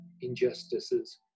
injustices